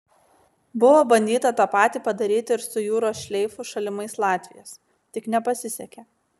buvo bandyta tą patį padaryti ir su jūros šleifu šalimais latvijos tik nepasisekė